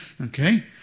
Okay